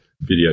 Video